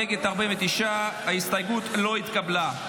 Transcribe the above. בעד, 37, נגד, 49. ההסתייגות לא התקבלה.